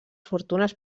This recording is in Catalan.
fortunes